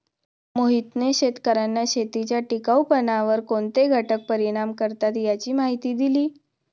मोहितने शेतकर्यांना शेतीच्या टिकाऊपणावर कोणते घटक परिणाम करतात याची माहिती दिली